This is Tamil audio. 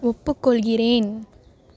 ஒப்புக்கொள்கிறேன்